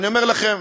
אני אומר להם: